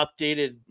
updated